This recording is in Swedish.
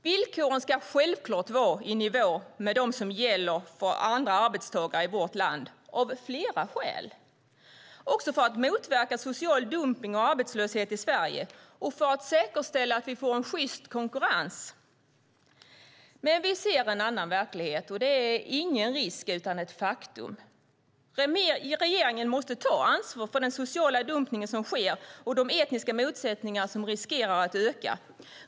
Villkoren ska självklart vara i nivå med dem som gäller för andra arbetstagare i vårt land, av flera skäl, också för att motverka social dumpning och arbetslöshet i Sverige och för att säkerställa att vi får en sjyst konkurrens. Men vi ser en annan verklighet, och det är ingen risk utan ett faktum. Regeringen måste ta ansvar för den sociala dumpning som sker och de etniska motsättningar som riskerar att öka.